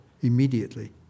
immediately